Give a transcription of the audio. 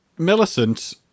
Millicent